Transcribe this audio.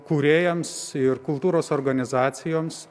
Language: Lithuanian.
kūrėjams ir kultūros organizacijoms